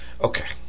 Okay